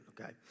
okay